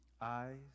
eyes